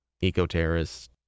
Eco-terrorists